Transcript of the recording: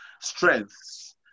strengths